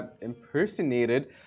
impersonated